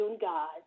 God